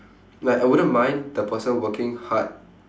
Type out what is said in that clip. like I wouldn't mind the person working hard